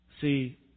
See